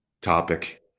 topic